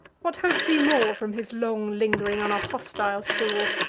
what hopes he more from his long ling'ring on a hostile shore,